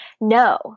No